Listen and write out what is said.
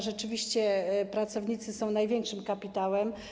Rzeczywiście pracownicy są największym kapitałem.